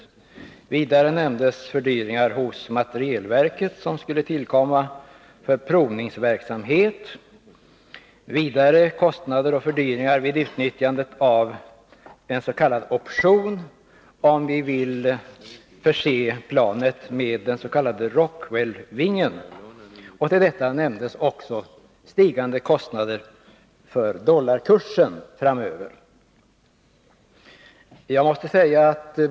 Dessutom nämndes fördyringar hos materielverket, som skulle uppkomma för provningsverksamhet, vidare kostnadsfördyringar avseende utnyttjandet av en option — om vi vill förse planet med den s.k. Rockwellvingen. Dessutom nämndes kostnadsstegringar som kan uppkomma på grund av en stegring av dollarkursen framöver.